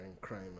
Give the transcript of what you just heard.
crime